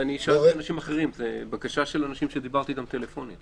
זה בקשה של אנשים שדיברתי אתם טלפונית.